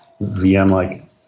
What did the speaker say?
VM-like